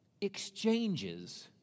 exchanges